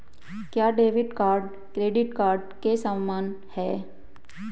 क्या debit card credit card के समान है?